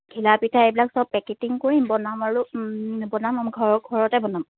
ঘিলা পিঠা এইবিলাক চব পেকেটিং কৰিম বনাম আৰু বনাম আমাৰ ঘৰৰ ঘৰতে বনাম